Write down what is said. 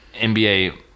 NBA